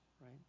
right